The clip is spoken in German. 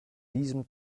diesem